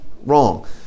wrong